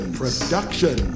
production